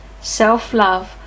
self-love